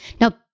Now